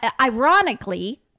Ironically